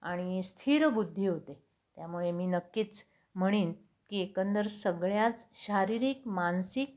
आणि स्थिर बुद्धी होते त्यामुळे मी नक्कीच म्हणेन की एकंदर सगळ्याच शारीरिक मानसिक